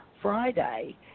Friday